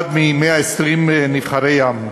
אחד מ-120 נבחרי העם.